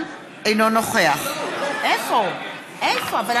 נגד מיכל בירן, בעד